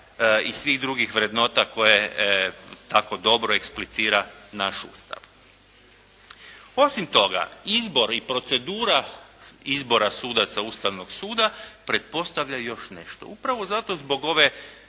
i svih drugih vrednota koje tako dobro eksplicira naš Ustav. Osim toga izbor i procedura izbora sudaca Ustavnog suda pretpostavlja još nešto. Upravo zato zbog ove